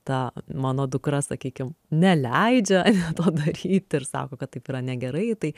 ta mano dukra sakykim neleidžia to daryt ir sako kad taip yra negerai tai